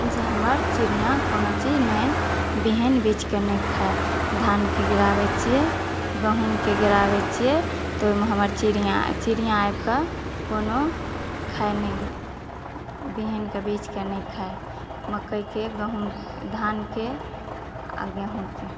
जे हमर चिड़िऑं कोनो चीज नहि बिहीन बीछके नहि खय धान के गिराबै छियै गहूॅंम के गिराबै छियै तऽ ओहिमे हमर चिड़िऑं चिड़िऑं आबि के कोनो खाइ नहि बिहीन के बीछ के नहि खाइ मकईके गहूॅंमके धानके आ गेहूॅंमके